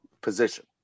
position